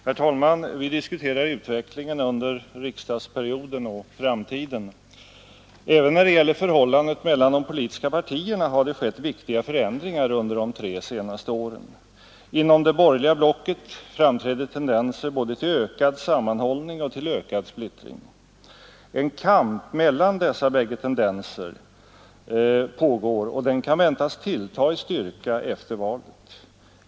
Herr talman! Vi diskuterar utvecklingen under riksdagsperioden och framtiden. Även när det gäller förhållandet mellan de politiska partierna har det skett viktiga förändringar under de tre senaste åren. Inom det borgerliga blocket framträder tendenser både till ökad sammanhållning och till ökad splittring. En kamp mellan dessa bägge tendenser pågår, och den kan väntas tillta i styrka efter valet.